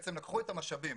בעצם לקחו את המשאבים